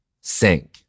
Sink